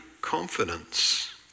confidence